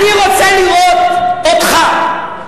אני רוצה לראות אותך,